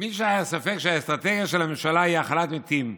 למי שהיה ספק שהאסטרטגיה של הממשלה היא הכלת מתים,